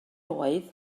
oedd